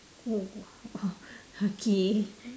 oh !wow! okay